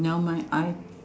never mind